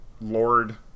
Lord